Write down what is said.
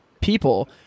people